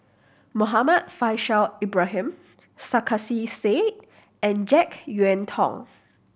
Muhammad Faishal Ibrahim Sarkasi Said and Jek Yeun Thong